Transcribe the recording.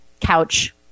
couch